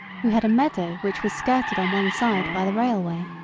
who had a meadow which was skirted on one side by the railway.